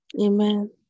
Amen